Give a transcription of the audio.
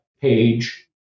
page